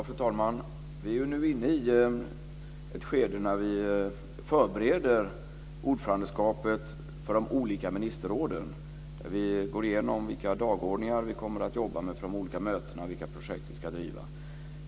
Fru talman! Vi är ju nu inne i ett skede när vi förbereder ordförandeskapet för de olika ministerråden. Vi går igenom vilka dagordningar vi kommer att jobba med för de olika mötena och vilka projekt vi ska driva.